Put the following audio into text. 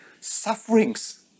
sufferings